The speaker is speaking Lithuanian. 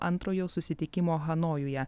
antrojo susitikimo hanojuje